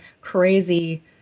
crazy